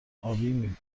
ابی